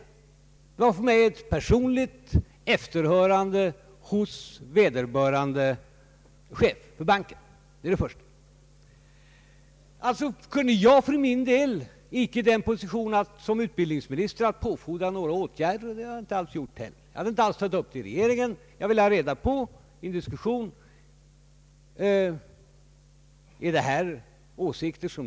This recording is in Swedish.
För det första var det för mig fråga om ett personligt efterhörande om förhållandena hos vederbörande chef i banken. Således kunde jag för min del inte i min position som utbildningsminister påfordra någon åtgärd — och det har jag inte gjort. Jag hade inte tagit upp denna fråga i regeringen. Jag ville ha reda på hur det låg till.